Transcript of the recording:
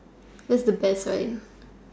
that's the best right